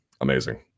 Amazing